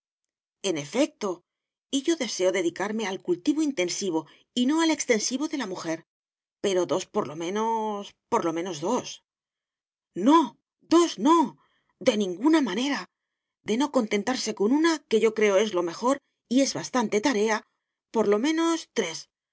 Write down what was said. en efecto y yo deseo dedicarme al cultivo intensivo y no al extensivo de la mujer pero dos por lo menos por lo menos dos no dos no de ninguna manera de no contentarse con una que yo creo es lo mejor y es bastante tarea por lo menos tres